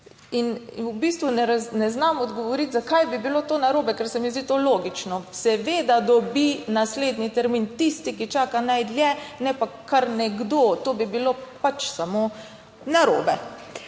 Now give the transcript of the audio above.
V bistvu ne znam odgovoriti zakaj bi bilo to narobe, ker se mi zdi to logično. Seveda dobi naslednji termin tisti, ki čaka najdlje, ne pa kar nekdo - to bi bilo pač samo narobe.